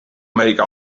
make